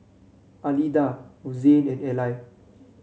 Alida Rozanne and Eli